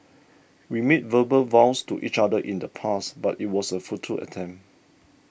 we made verbal vows to each other in the past but it was a futile attempt